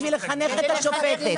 בשביל לחנך את השופטת.